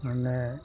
মানে